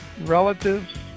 relatives